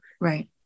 right